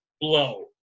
blow